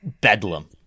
bedlam